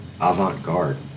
avant-garde